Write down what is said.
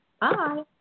bye